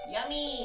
Yummy